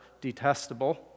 detestable